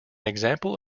example